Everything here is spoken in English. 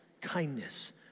kindness